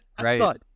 Right